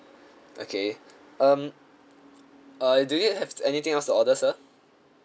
okay um uh do you have anything else to order sir